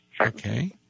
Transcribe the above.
Okay